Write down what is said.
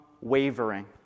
wavering